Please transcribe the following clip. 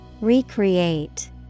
Recreate